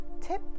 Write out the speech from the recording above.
tip